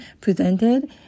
presented